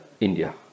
India